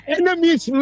enemies